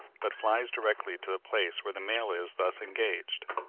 but flies directly to the place where the male is thus engaged.